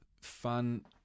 fun